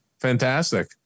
Fantastic